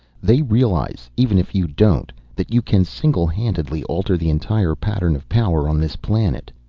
they realize even if you don't that you can singlehandedly alter the entire pattern of power on this planet.